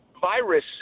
virus